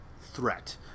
threat